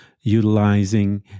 utilizing